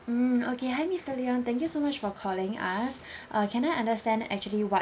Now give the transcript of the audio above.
mm okay hi mister leon thank you so much for calling us uh can I understand actually what